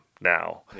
now